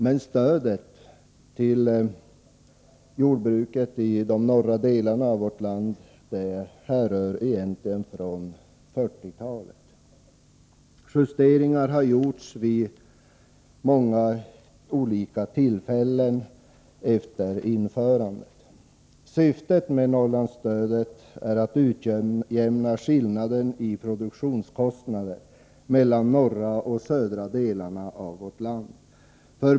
Men stödet till jordbruket i de norra delarna av vårt land härrör egentligen från 1940-talet. Justeringar har gjorts vid många olika tillfällen efter införandet. Syftet med Norrlandsstödet är att utjämna skillnaden i produktionskostnader mellan norra och södra delarna av vårt land.